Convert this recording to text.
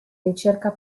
ricerca